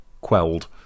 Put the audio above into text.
quelled